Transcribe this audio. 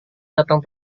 datang